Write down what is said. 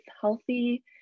healthy